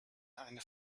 eine